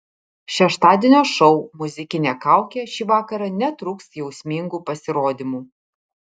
šeštadienio šou muzikinė kaukė šį vakarą netrūks jausmingų pasirodymų